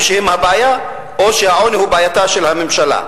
שהם הבעיה או שהעוני הוא בעייתה של הממשלה.